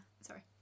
sorry